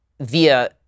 via